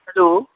hello